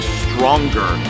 stronger